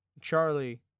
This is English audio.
Charlie